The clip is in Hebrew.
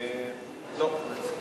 לא.